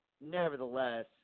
nevertheless